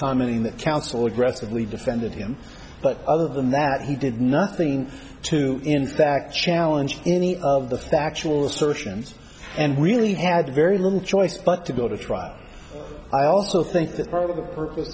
commenting that counsel aggressively defended him but other than that he did nothing to in fact challenge any of the factual assertions and really had very little choice but to go to trial i also think that part of the p